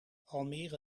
almere